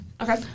Okay